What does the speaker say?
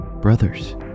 Brothers